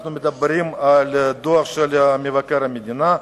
אנחנו מדברים על דוח מבקר המדינה.